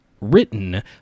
written